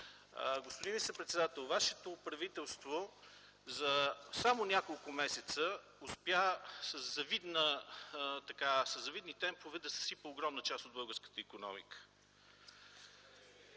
Господин министър-председател, вашето правителство само за няколко месеца успя със завидни темпове да съсипе огромна част от българската икономика.